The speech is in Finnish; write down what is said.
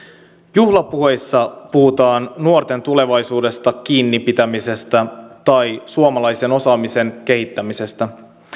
juhlapuheissa puhutaan nuorten tulevaisuudesta kiinni pitämisestä tai suomalaisen osaamisen kehittämisestä